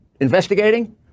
investigating